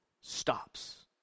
stops